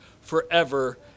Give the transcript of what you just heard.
forever